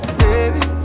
baby